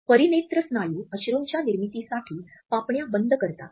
परीनेत्र स्नायू अश्रूंच्या निर्मितीसाठी पापण्या बंद करतात